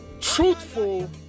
truthful